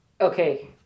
Okay